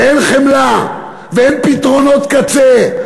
ואין חמלה ואין פתרונות קצה,